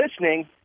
listening